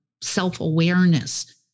self-awareness